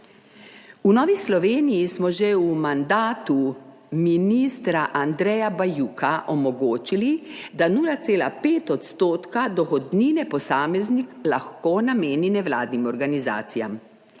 V Novi Sloveniji smo že v mandatu ministra Andreja Bajuka omogočili, da 0,5 % dohodnine posameznik lahko nameni nevladnim organizacijam.